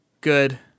good